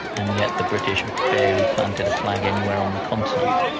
and yet the british barely planted a flag anywhere on the continent.